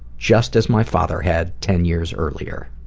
just as my father had ten years earlier.